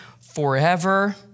forever